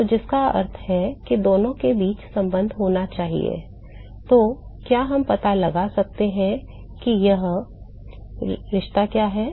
तो जिसका अर्थ है कि दोनों के बीच संबंध होना चाहिए तो क्या हम पता लगा सकते हैं कि वह रिश्ता क्या है